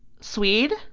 Swede